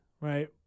Right